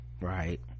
Right